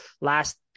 last